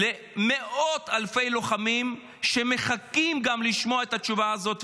למאות אלפי חיילים שמחכים לשמוע את התשובה הזאת.